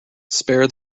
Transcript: spare